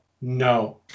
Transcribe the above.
no